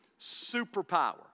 superpower